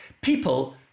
people